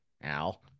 al